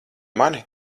mani